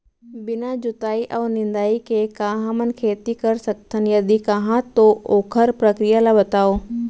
बिना जुताई अऊ निंदाई के का हमन खेती कर सकथन, यदि कहाँ तो ओखर प्रक्रिया ला बतावव?